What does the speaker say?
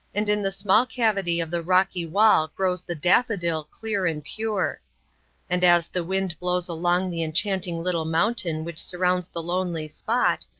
and in the small cavity of the rocky wall grows the daffodil clear and pure and as the wind blows along the enchanting little mountain which surrounds the lonely spot,